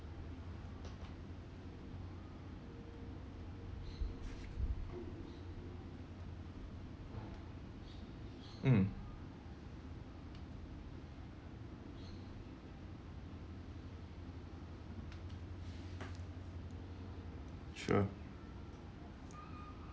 mm sure